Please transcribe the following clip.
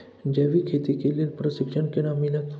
जैविक खेती के लेल प्रशिक्षण केना मिलत?